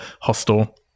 Hostel